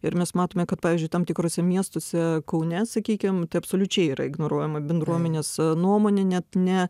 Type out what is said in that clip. ir mes matome kad pavyzdžiui tam tikruose miestuose kaune sakykim tai absoliučiai yra ignoruojama bendruomenės nuomonė net ne